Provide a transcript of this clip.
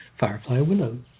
fireflywillows